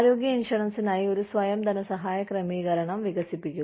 ആരോഗ്യ ഇൻഷുറൻസിനായി ഒരു സ്വയം ധനസഹായ ക്രമീകരണം വികസിപ്പിക്കുക